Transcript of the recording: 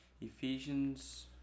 Ephesians